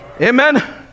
Amen